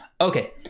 okay